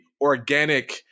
organic